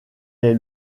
est